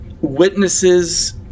witnesses